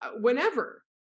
Whenever